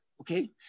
Okay